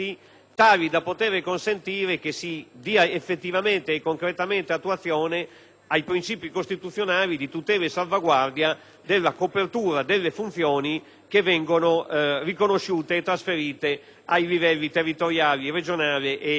ai principi costituzionali di tutela e salvaguardia delle funzioni che vengono riconosciute e trasferite ai livelli territoriali, regionale e locale. Questo è definito